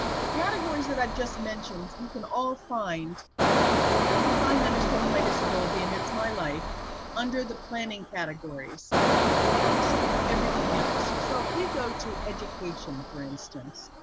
the categories that i've just mentioned, you can all find you can find understanding my disability and it's my life under the planning categories but also everything else. so if we go to education, for instance,